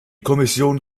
kommission